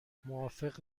موافق